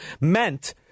meant